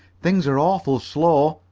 things are awful slow,